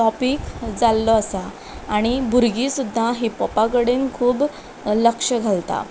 topic जाल्लो आसा आनी भुरगीं सुद्दां हिपहॉपा कडेन खूब लक्ष घालता